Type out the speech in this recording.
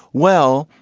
well,